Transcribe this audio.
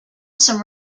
some